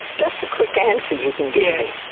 just a quick answer you can give me.